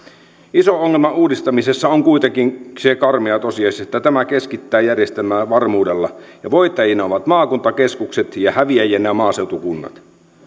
iso ongelma uudistamisessa on kuitenkin se karmea tosiasia että tämä keskittää järjestelmää varmuudella ja voittajina ovat maakuntakeskukset ja häviäjinä maaseutukunnat